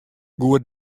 goed